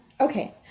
okay